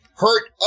Hurt